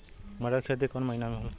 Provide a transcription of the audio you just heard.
मटर क खेती कवन महिना मे होला?